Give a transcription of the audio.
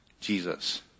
Jesus